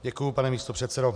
Děkuju, pane místopředsedo.